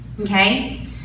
okay